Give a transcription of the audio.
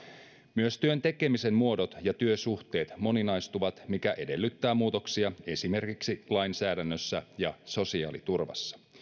myös työn tekemisen muodot ja työsuhteet moninaistuvat mikä edellyttää muutoksia esimerkiksi lainsäädännössä ja sosiaaliturvassa